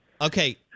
Okay